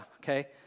okay